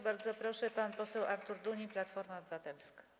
Bardzo proszę, pan poseł Artur Dunin, Platforma Obywatelska.